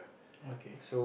okay